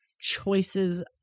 choices